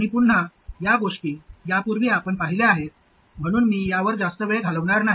आणि पुन्हा या गोष्टी यापूर्वी आपण पाहिल्या आहेत म्हणून मी यावर जास्त वेळ घालवणार नाही